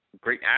great